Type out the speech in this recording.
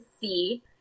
see